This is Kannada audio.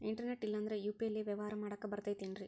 ಇಂಟರ್ನೆಟ್ ಇಲ್ಲಂದ್ರ ಯು.ಪಿ.ಐ ಲೇ ವ್ಯವಹಾರ ಮಾಡಾಕ ಬರತೈತೇನ್ರೇ?